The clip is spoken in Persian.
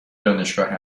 دانشگاه